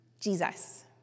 jesus